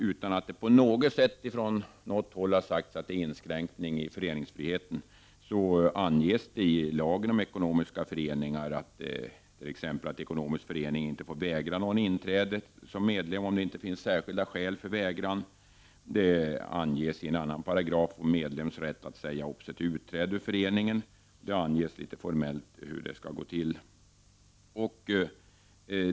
Utan att det på något sätt har talats om inskränkning i föreningsfriheten vill jag erinra om att det anges i lagen om ekonomiska föreningar t.ex. att ekonomisk förening inte får vägra någon inträde i föreningen om det inte finns särskilda skäl för vägran. Medlems rätt att säga upp sitt medlemskap i förening och hur det skall gå till regleras genom en paragraf.